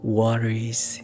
worries